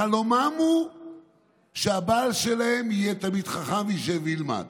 חלומן הוא שהבעל שלהן יהיה תלמיד חכם, ישב וילמד,